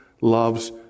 loves